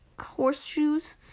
horseshoes